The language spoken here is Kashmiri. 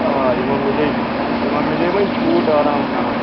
آ یِمَن مِلے یِمَن مِلے وۄنۍ چھوٗٹ آرام سان